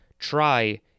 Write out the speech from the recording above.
try